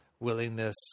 Willingness